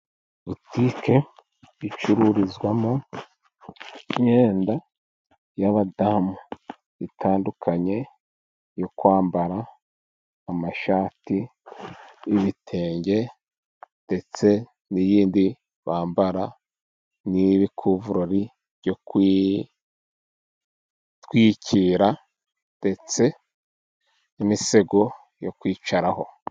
Butike icururizwamo imyenda y'abadamu itandukanye yo kwambara, amashati y'ibitenge, ndetse n'iyindi bambara, n'ibikuvurori byo kwitwikira, ndetse n'imisego yo kwicaraho.